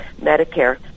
Medicare